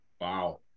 Wow